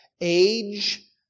age